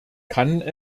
kann